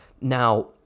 Now